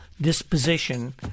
disposition